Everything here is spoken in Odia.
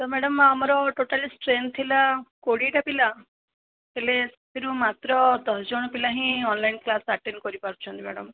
ତ ମ୍ୟାଡ଼ମ ଆମର ଟୋଟାଲି ସ୍ଟ୍ରେନ୍ଥ ଥିଲା କୋଡ଼ିଏଟା ପିଲା ହେଲେ ସେଥିରୁ ମାତ୍ର ଦଶ ଜଣ ପିଲା ହିଁ ଅନ୍ଲାଇନ୍ କ୍ଳାସ ଆଟେଣ୍ଡ କରିପାରୁଛନ୍ତି ମ୍ୟାଡ଼ମ